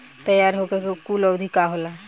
तैयार होखे के कूल अवधि का होला?